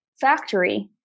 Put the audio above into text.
factory